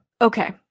okay